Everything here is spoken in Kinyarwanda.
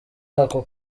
ako